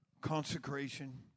Consecration